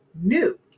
new